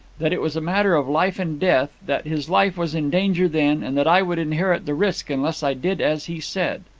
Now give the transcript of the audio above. that it was a matter of life and death, that his life was in danger then, and that i would inherit the risk unless i did as he said.